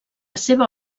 seva